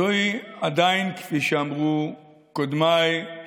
זו עדיין, כפי שאמרו קודמיי,